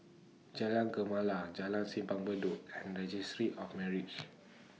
Jalan Gemala Jalan Simpang Bedok and Registry of Marriages